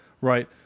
right